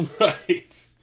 right